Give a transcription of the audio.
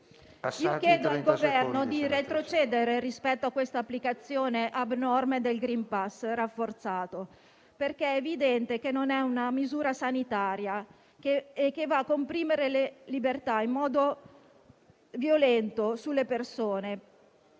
Chiedo al Governo di retrocedere rispetto a questa applicazione abnorme del *green pass* rafforzato, perché è evidente che non è una misura sanitaria e va a comprimere le libertà in modo violento sulle persone